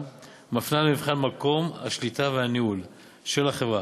מפנה למבחן מקום השליטה והניהול של החברה.